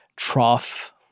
trough